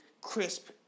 crisp